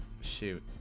shoot